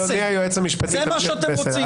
אדוני היועץ המשפטי, תמשיך בבקשה.